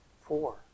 four